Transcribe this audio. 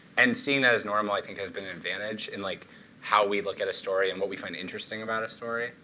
and seeing that as normal, i think, has been an advantage in like how we look at a story and what we find interesting about a story.